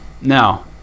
Now